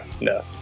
no